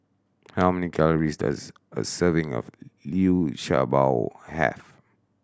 how many calories does a serving of Liu Sha Bao have